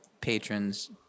patrons